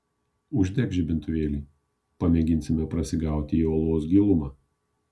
uždek žibintuvėlį pamėginsime prasigauti į olos gilumą